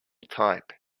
type